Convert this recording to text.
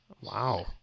Wow